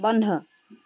বন্ধ